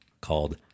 called